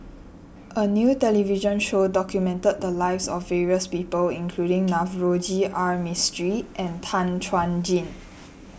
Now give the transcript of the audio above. a new television show documented the lives of various people including Navroji R Mistri and Tan Chuan Jin